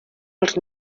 els